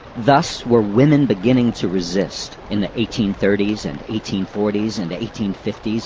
thus were women beginning to resist, in the eighteen thirty s and eighteen forty s and eighteen fifty s,